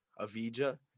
Avija